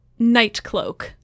Nightcloak